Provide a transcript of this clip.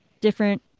different